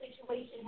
situation